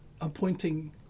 appointing